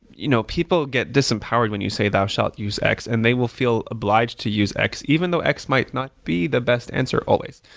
you know people get disempowered when you say thou shalt use x and they will feel obliged to use x, even though x might not be the best answer always.